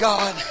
God